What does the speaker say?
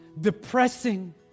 depressing